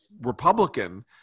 Republican